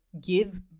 give